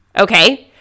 Okay